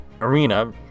arena